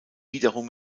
wiederum